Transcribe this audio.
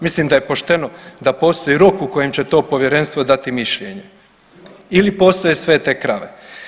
Mislim da je pošteno da postoji rok u kojem će to povjerenstvo dati mišljenje ili postoje svete krave.